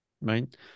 Right